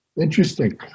Interesting